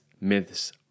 Myths